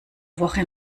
woche